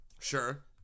Sure